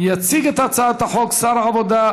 יציג את הצעת החוק שר העבודה,